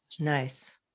Nice